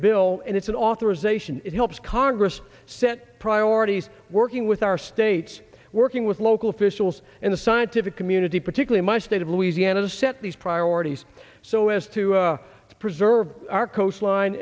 bill and it's an authorization it helps congress set priorities working with our states working with local officials in the scientific community particularly my state of louisiana to set these priorities so as to preserve our coastline